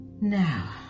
Now